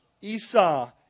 Esau